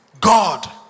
God